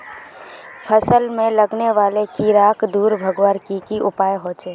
फसल में लगने वाले कीड़ा क दूर भगवार की की उपाय होचे?